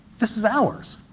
this is ours.